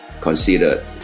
considered